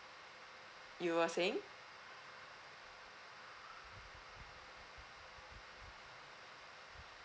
you were saying